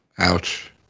Ouch